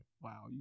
Wow